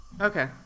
Okay